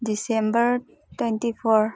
December twenty four